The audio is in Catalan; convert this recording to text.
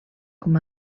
com